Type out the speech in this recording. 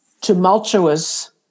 tumultuous